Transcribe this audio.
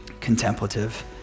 contemplative